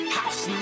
house